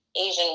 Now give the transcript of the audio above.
Asian